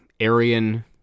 Aryan